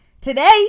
Today